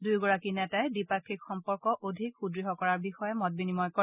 দুয়োগৰাকী নেতাই দ্বিপাক্ষিক সম্পৰ্ক অধিক সদ্য কৰাৰ বিষয়ে মত বিনিময় কৰে